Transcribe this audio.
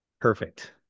Perfect